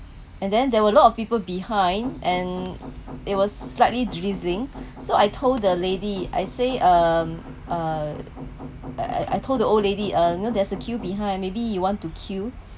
and then there were a lot of people behind and it was slightly drizzling so I told the lady I say um uh I I told the old lady uh you know there's a queue behind maybe you want to queue